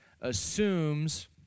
assumes